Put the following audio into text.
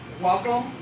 welcome